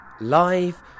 live